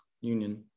union